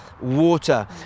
water